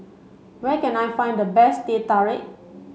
where can I find the best Teh Tarik